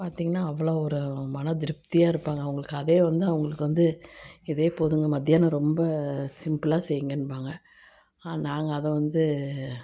பார்த்திங்கனா அவ்வளோவு ஒரு மனதிருப்தியாக இருப்பாங்க அவங்களுக்கு அதே வந்து அவங்களுக்கு வந்து இதே போதுங்க மத்தியானம் ரொம்ப சிம்ப்லாக செய்யுங்கன்பாங்க ஆனால் நாங்கள் அதை வந்து